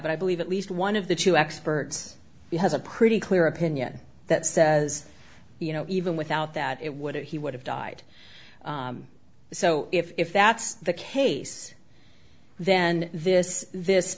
but i believe at least one of the two experts has a pretty clear opinion that says you know even without that it would he would have died so if that's the case then this this